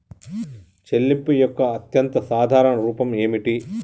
చెల్లింపు యొక్క అత్యంత సాధారణ రూపం ఏమిటి?